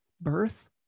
birth